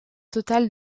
total